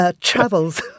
travels